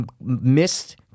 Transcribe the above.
missed